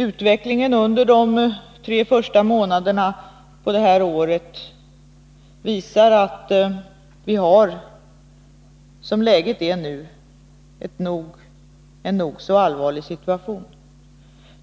Utvecklingen under de tre första månaderna det här året visar att vi nu har en nog så allvarlig situation.